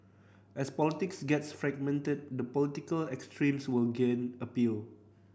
as politics gets fragmented the political extremes will gain appeal